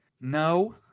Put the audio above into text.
No